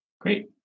Great